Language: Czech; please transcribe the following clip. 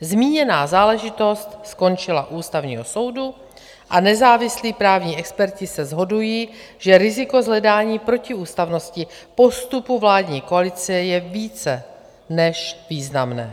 Zmíněná záležitost skončila u Ústavního soudu a nezávislí právní experti se shodují, že riziko s hledáním protiústavnosti postupu vládní koalice je více než významné.